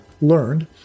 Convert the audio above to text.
learned